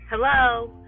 Hello